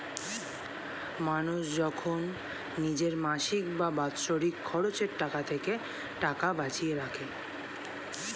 মানুষ যখন নিজের মাসিক বা বাৎসরিক খরচের থেকে টাকা বাঁচিয়ে রাখে